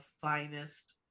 finest